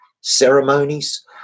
ceremonies